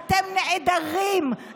אתם נעדרים,